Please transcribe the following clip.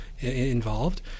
involved